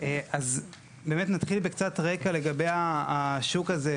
אז באמת נתחיל בקצת רקע לגבי השוק הזה,